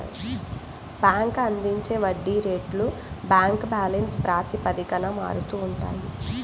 bank అందించే వడ్డీ రేట్లు బ్యాంక్ బ్యాలెన్స్ ప్రాతిపదికన మారుతూ ఉంటాయి